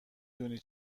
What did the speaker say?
دونی